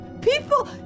People